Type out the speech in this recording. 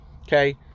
Okay